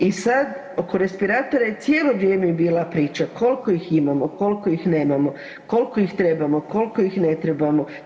I sad, oko respiratora je cijelo vrijeme bila priča koliko ih imamo, koliko ih nemamo, koliko ih trebamo, koliko ih ne trebamo.